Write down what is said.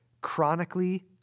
chronically